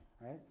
right